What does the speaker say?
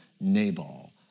Nabal